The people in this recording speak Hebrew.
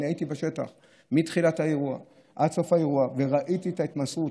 אני הייתי בשטח מתחילת האירוע עד סוף האירוע וראיתי את ההתמסרות,